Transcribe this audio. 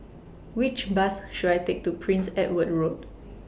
Which Bus should I Take to Prince Edward Road